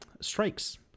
strikes